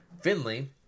Finley